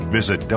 Visit